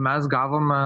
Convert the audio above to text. mes gavome